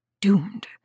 Doomed